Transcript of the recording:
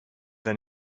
than